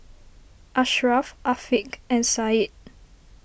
Ashraff Afiq and Said